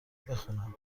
بخوانم